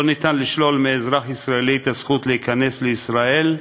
לא ניתן לשלול מאזרח ישראלי את הזכות להיכנס לישראל,